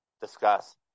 discuss